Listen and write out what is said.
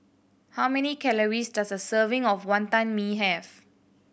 how many calories does a serving of Wonton Mee have